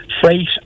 freight